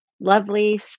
lovely